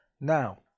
Now